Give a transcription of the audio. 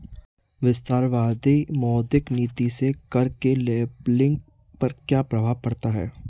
विस्तारवादी मौद्रिक नीति से कर के लेबलिंग पर क्या प्रभाव पड़ता है?